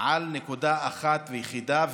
על נקודה אחת ויחידה,